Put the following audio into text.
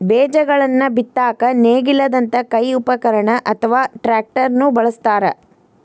ಬೇಜಗಳನ್ನ ಬಿತ್ತಾಕ ನೇಗಿಲದಂತ ಕೈ ಉಪಕರಣ ಅತ್ವಾ ಟ್ರ್ಯಾಕ್ಟರ್ ನು ಬಳಸ್ತಾರ